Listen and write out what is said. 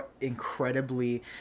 incredibly